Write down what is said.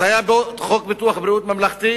אז היה פה חוק ביטוח בריאות ממלכתי